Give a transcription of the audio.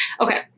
okay